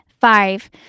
Five